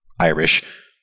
Irish